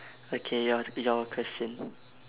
okay your your question